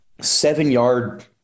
seven-yard